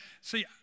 See